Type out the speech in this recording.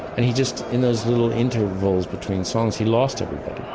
and he just, in those little intervals between songs, he lost everybody.